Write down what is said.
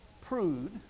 prude